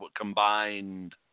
combined